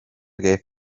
gave